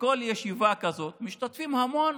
בכל ישיבה כזאת משתתפים המון